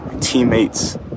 teammates